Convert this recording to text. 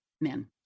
men